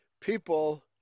People